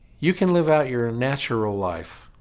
you can live out your natural life